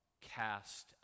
cast